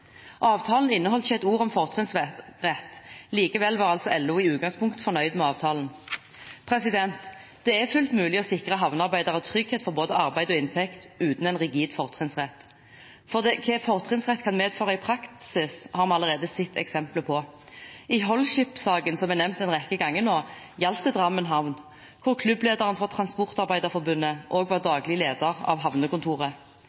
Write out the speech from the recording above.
Avtalen inneholdt ikke et ord om fortrinnsrett. Likevel var altså LO i utgangspunktet fornøyd med avtalen. Det er fullt mulig å sikre havnearbeiderne trygghet for både arbeid og inntekt uten en rigid fortrinnsrett. Hva fortrinnsrett kan medføre i praksis, har vi allerede sett eksempler på. I Holship-saken, som er nevnt en rekke ganger nå, gjaldt det Drammen havn, hvor klubblederen for Transportarbeiderforbundet også var